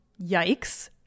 Yikes